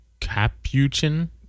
Capuchin